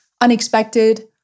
unexpected